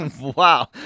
wow